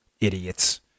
Idiots